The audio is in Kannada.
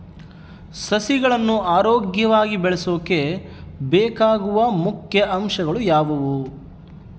ಸಸಿಗಳನ್ನು ಆರೋಗ್ಯವಾಗಿ ಬೆಳಸೊಕೆ ಬೇಕಾಗುವ ಮುಖ್ಯ ಅಂಶಗಳು ಯಾವವು?